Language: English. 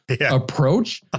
approach